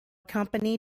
company